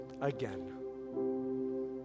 again